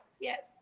Yes